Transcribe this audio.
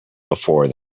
before